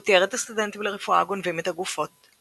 הוא תיאר את הסטודנטים לרפואה גונבים את הגופות;